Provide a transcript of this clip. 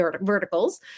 verticals